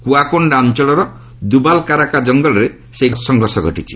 କୁଆକୋଣ୍ଡା ଅଞ୍ଚଳର ଦୁବାଲକାରକା କଙ୍ଗଲରେ ଏହି ସଂଘର୍ଷ ଘଟିଛି